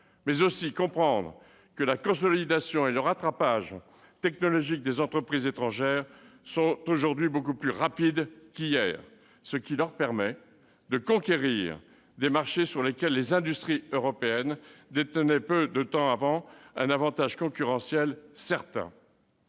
également comprendre que la consolidation et le rattrapage technologique des entreprises étrangères sont aujourd'hui beaucoup plus rapides qu'hier ; dès lors, elles peuvent conquérir des marchés sur lesquels les industries européennes détenaient peu de temps avant un avantage concurrentiel certain.